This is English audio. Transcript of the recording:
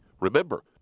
Remember